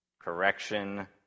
correction